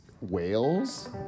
whales